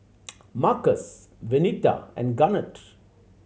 Marcus Venita and Garnett